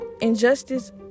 Injustice